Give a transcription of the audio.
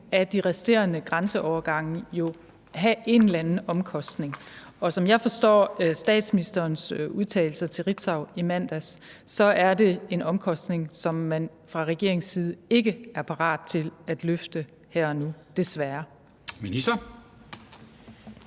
af de resterende grænseovergange jo have en eller anden omkostning. Og som jeg forstår statsministerens udtalelse til Ritzau i mandags, er det en omkostning, som man fra regeringens side ikke er parat til at afholde her og nu, desværre. Kl.